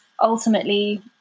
ultimately